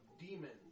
demons